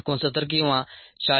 69 किंवा 40